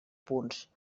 punts